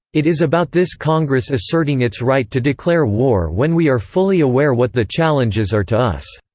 it is about this congress asserting its right to declare war when we are fully aware what the challenges are to us.